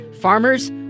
Farmers